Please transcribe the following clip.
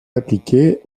appliqué